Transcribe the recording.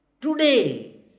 Today